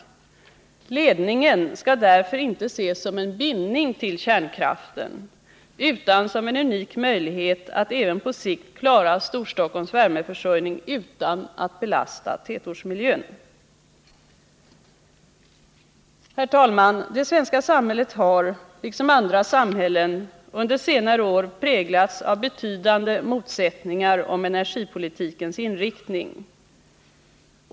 Ledningen skall därför inte ses som en ”bindning till kärnkraften” utan som en unik möjlighet att även på sikt klara Storstockholms värmeförsörjning utan att belasta tätortsmiljön. Herr talman! Det svenska samhället har, liksom andra samhällen, under senare år präglats av betydande motsättningar om energipolitikens inriktning.